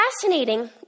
fascinating